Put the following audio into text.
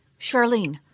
Charlene